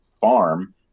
farm